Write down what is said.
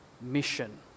mission